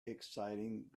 exciting